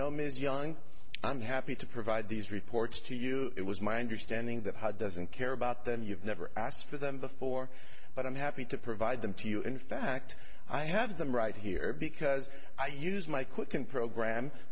know ms young i'm happy to provide these reports to you it was my understanding that hud doesn't care about them you've never asked for them before but i'm happy to provide them to you in fact i have them right here because i used my quicken program